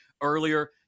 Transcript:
earlier